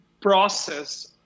process